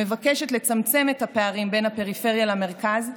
המבקשת לצמצם את הפערים בין הפריפריה למרכז,